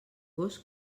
gos